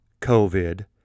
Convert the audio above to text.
COVID